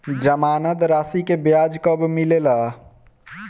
जमानद राशी के ब्याज कब मिले ला?